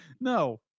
No